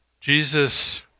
Jesus